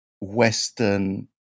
Western